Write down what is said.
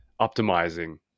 optimizing